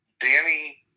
Danny